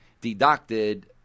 deducted